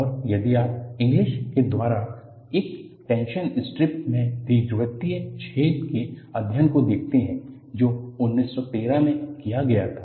और यदि आप इंगलिस के द्वारा एक टेन्शन स्ट्रिप में दीर्घवृत्तीय छेद के अध्ययन को देखते हैं जो 1913 में किया गया था